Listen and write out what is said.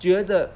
觉得